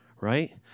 Right